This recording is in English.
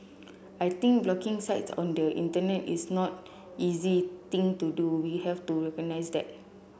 I think blocking site on the Internet is not easy thing to do we have to recognise that